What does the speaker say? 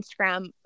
Instagram